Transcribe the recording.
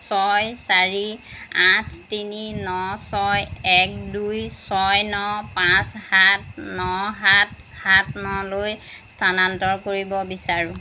ছয় চাৰি আঠ তিনি ন ছয় এক দুই ছয় ন পাঁচ সাত ন সাত সাত নলৈ স্থানান্তৰ কৰিব বিচাৰোঁ